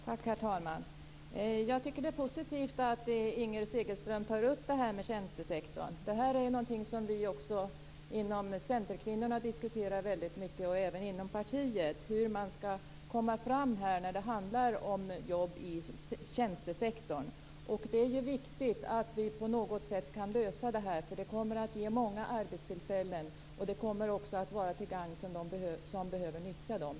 Herr talman! Jag tycker att det är positivt att Inger Segelström tar upp tjänstesektorn. Bland centerkvinnorna och även i partiet diskuterar vi väldigt mycket hur man skall komma framåt just när det gäller jobben i tjänstesektorn. Det är viktigt att lösa denna fråga, eftersom det kommer att ge många arbetstillfällen och även kommer att vara till gagn för dem som behöver nyttja dessa.